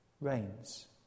reigns